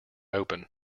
open